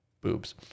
boobs